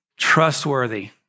Trustworthy